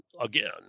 again